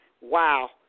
Wow